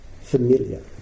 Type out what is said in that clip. familiar